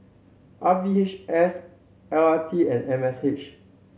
R V H S L R T and M S H